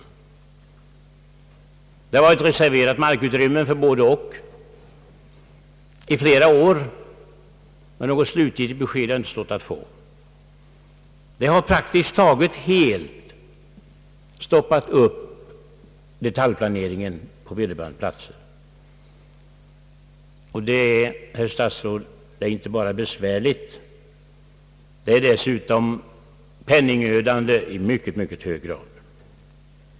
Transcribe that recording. Markutrymmen har varit reserverade för båda alternativen i flera år, men något slutgiltigt besked har inte stått att få. Detta har praktiskt taget helt stoppat upp detaljplaneringen på vederbörande platser. Det är, herr statsråd, inte bara besvärligt, det är dessutom penningödande i mycket hög grad.